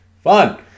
fun